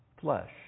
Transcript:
flesh